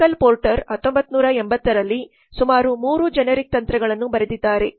Michael Porter 1980 ರಲ್ಲಿ ಸುಮಾರು 3 generic ತಂತ್ರಗಳನ್ನು ಬರೆದಿದ್ದಾರೆ